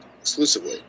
exclusively